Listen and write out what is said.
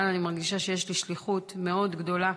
וכאן אני מרגישה שיש לי שליחות מאוד גדולה